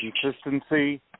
consistency